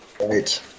Right